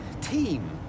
team